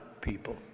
people